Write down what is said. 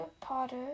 Potter